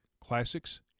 Classics